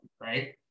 right